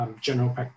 general